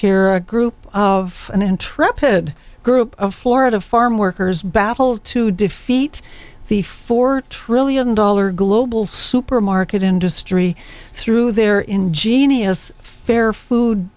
here a group of an intrepid group of florida farm workers battled to defeat the four trillion dollar global supermarket industry through their ingenious fair food